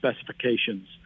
specifications